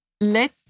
let